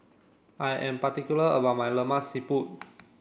I am particular about my Lemak Siput